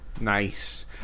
nice